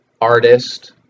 artist